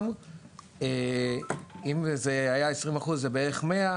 אם 20% הם בערך 100 מורים,